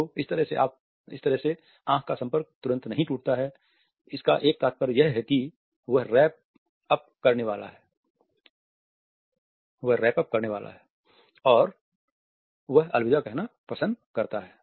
तो इस तरह से आंख का संपर्क तुरंत नहीं टूटता है इसका एक तात्पर्य यह है कि वह रैप अप करने वाला है और वह अलविदा कहना पसंद करता है